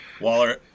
Waller